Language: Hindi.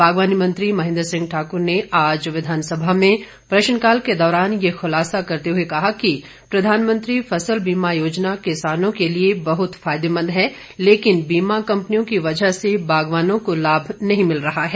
बागवानी मंत्री महेंद्र सिंह ठाकुर ने आज विधानसभा में प्रश्नकाल के दौरान यह खुलासा करते हुए कहा कि प्रधानमंत्री फसल बीमा योजना किसानों के लिए बहुत फायदेमंद है लेकिन बीमा कंपनियों की वजह से बागवानों को लाभ नहीं मिल रहा है